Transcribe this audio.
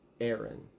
Aaron